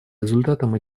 результатом